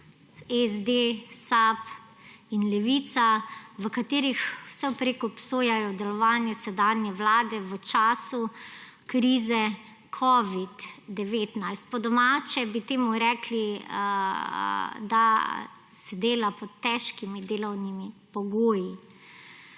SD, SAB in Levice, v katerih vsevprek obsojajo delovanje sedanje vlade v času krize covid-19. Po domače bi temu rekli, da se dela v težkih delovnih pogojih.